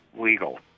legal